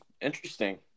Interesting